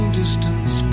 distance